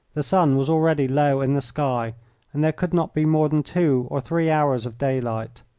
the sun was already low in the sky and there could not be more than two or three hours of daylight.